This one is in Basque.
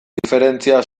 diferentzia